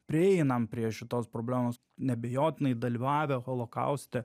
prieinam prie šitos problemos neabejotinai dalyvavę holokauste